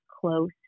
close